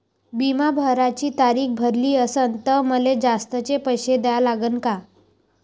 बिमा भराची तारीख भरली असनं त मले जास्तचे पैसे द्या लागन का?